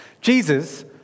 Jesus